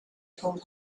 told